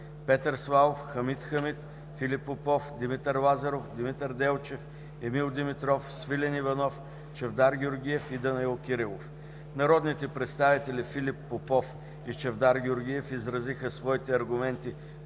Петър Славов, Хамид Хамид, Филип Попов, Димитър Лазаров, Димитър Делчев, Емил Димитров, Свилен Иванов, Чавдар Георгиев и Данаил Кирилов. Народните представители Филип Попов и Чавдар Георгиев изразиха своите аргументи